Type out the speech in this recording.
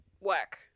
work